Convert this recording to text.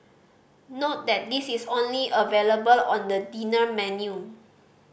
note that this is only available on the dinner menu